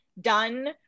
Done